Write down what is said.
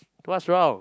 what's wrong